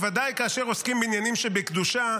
בוודאי כאשר עוסקים בעניינים שבקדושה,